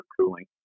cooling